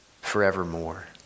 forevermore